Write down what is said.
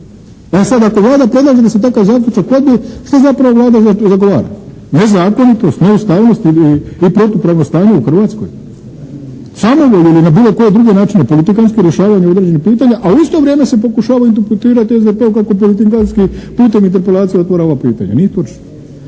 E sada, ako Vlada predlaže da se takav zaključak odbije šta zapravo Vlada zagovara? Nezakonitost, neustavnost i protupravno stanje u Hrvatskoj? Samovolju ili na bilo koji drugi način politikantski rješavanje određenih pitanja? A u isto vrijeme se pokušava imputirati SDP-u kako politikantskim putem interpelacije otvara ovo pitanje. Nije točno.